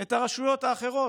את הרשויות האחרות,